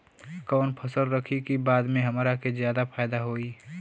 कवन फसल रखी कि बाद में हमरा के ज्यादा फायदा होयी?